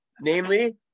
namely